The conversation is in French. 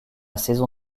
saison